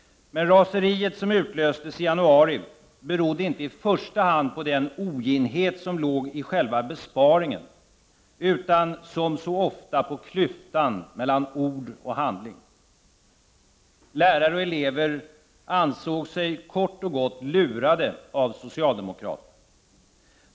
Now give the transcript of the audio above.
Men raseriet som utlöstes i januari berodde inte i första hand på den oginhet som låg i själva besparingen utan, som så ofta, på klyftan mellan ord och handling. Lärare och elever ansåg sig, kort och gott, lurade av socialdemokraterna.